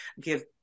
give